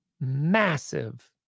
massive